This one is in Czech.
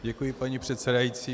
Děkuji, paní předsedající.